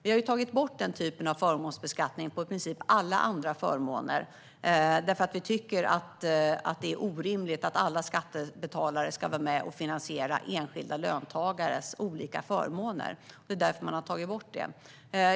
Vi har tagit bort den typen av förmånsbeskattning på i princip alla andra förmåner därför att vi tycker att det är orimligt att alla skattebetalare ska vara med och finansiera enskilda löntagares olika förmåner. Det är därför vi har tagit bort det.